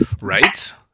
Right